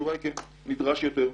התשובה היא כן, נדרש יותר.